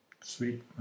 Sweet